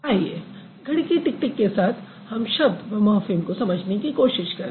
आइए घड़ी की टिक टिक के साथ हम शब्द व मॉर्फ़िम को समझने की कोशिश करें